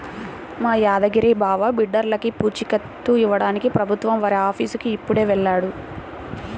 మా యాదగిరి బావ బిడ్డర్లకి పూచీకత్తు ఇవ్వడానికి ప్రభుత్వం వారి ఆఫీసుకి ఇప్పుడే వెళ్ళాడు